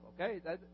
okay